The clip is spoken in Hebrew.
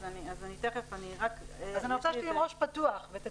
אני רוצה שתהיי עם ראש פתוח ותציגו